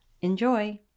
Enjoy